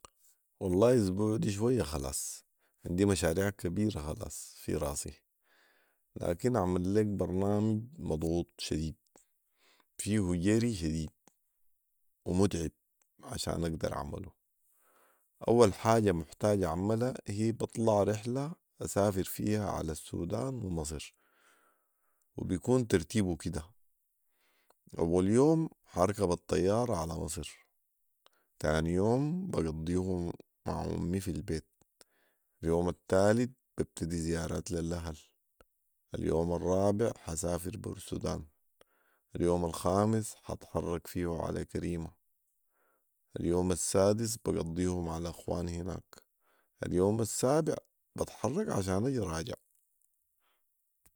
والله اسبوع ده شويه خلاص عندي مشاريع كبيره خلاص في راسي ، لكن اعمل ليك برنامج مضغوط شديد فيه جري شديد ومتعب عشان اقدر اعمله اول حاجه محتاج اعملها هي بطلع رحله اسافر فيها علي السودان ومصر وبيكون ترتيبه كده اول يوم حاركب الطياره علي مصرتاني يوم بقضيه مع امي في البيت ، اليوم التالت ببتدي زيارات للاهل ، اليوم الرابع حاسافر بورتسودان ، اليوم الخامس حاتحرك فيه علي كريمه ، اليوم السادس بقضيه مع الاخوان هناك ، اليوم السابع بتحرك عشان اجي راجع